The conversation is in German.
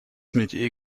mit